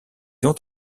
ont